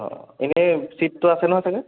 অঁ এনেই চিটতো আছে নহয় চাগে